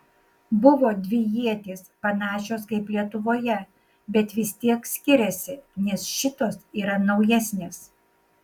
buvo dvi ietys panašios kaip lietuvoje bet vis tiek skiriasi nes šitos yra naujesnės